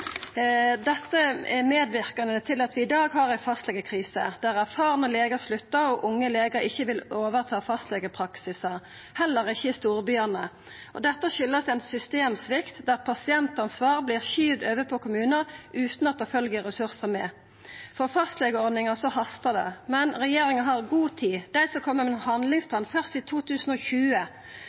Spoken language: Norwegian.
Dette er medverkande til at vi i dag har ei fastlegekrise, der erfarne legar sluttar, og unge legar ikkje vil overta fastlegepraksisar, heller ikkje i storbyane. Dette kjem av ein systemsvikt der pasientansvar blir skuva over på kommunar, utan at det følgjer ressursar med. For fastlegeordninga hastar det. Men regjeringa har god tid. Dei skal koma med ein handlingsplan først i 2020.